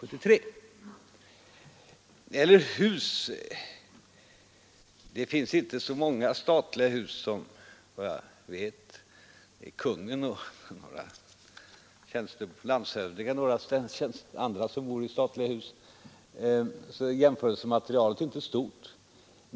24 maj 1973 Det är kungen, landshövdingarna och några andra som bor i statliga hus, så jämförelsematerialet är inte stort.